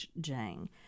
Jang